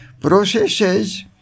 processes